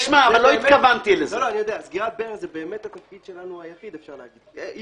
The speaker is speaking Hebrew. באמת התפקיד היחיד שלנו.